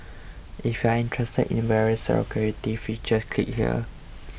if you're interested in various security features click here